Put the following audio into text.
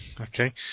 Okay